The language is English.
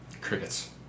Crickets